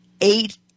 Eight